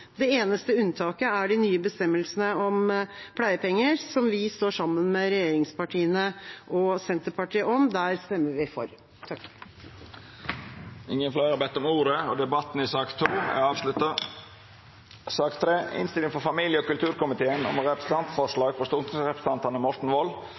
Det eneste unntaket er de nye bestemmelsene om pleiepenger, som vi står sammen med regjeringspartiene og Senterpartiet om. Der stemmer vi for. Fleire har ikkje bedt om ordet til sak nr. 2. Etter ynske frå familie- og kulturkomiteen